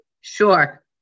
sure